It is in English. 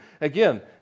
Again